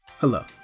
Hello